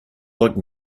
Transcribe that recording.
like